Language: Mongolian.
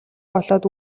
болоод